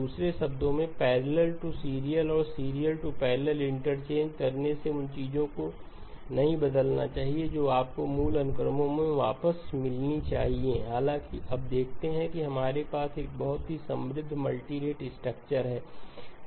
दूसरे शब्दों में पैरेलल टू सीरियल और सीरियल टू पैरेलल इंटरचेंज करने से उन चीजों को नहीं बदलना चाहिए जो आपको मूल अनुक्रमों में वापस मिलनी चाहिए हालाँकि अब देखते हैं कि हमारे पास एक बहुत समृद्ध मल्टी रेट स्ट्रक्चर है